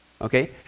Okay